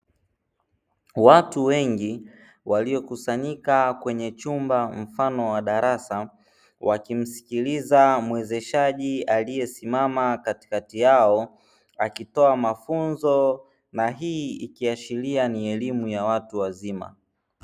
Watu wengi waliokusanyika kwenye chumba mfano wa darasa wakimsikiliza muwezeshaji aliyesimama katikati yao akitoa mafunzo na hii ikiashiria ni elimu ya watu wazima.